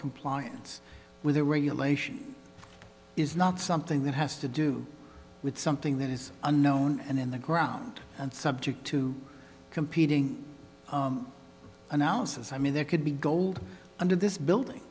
compliance with a regulation is not something that has to do with something that is unknown and in the ground and subject to competing analysis i mean there could be gold under this building